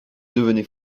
devenait